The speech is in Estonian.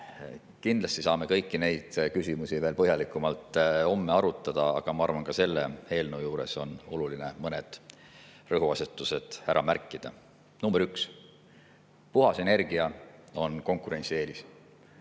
Kindlasti saame kõiki neid küsimusi veel põhjalikumalt homme arutada, aga ma arvan, et ka selle eelnõu juures on oluline mõned rõhuasetused ära märkida. Number üks: puhas energia on konkurentsieelis.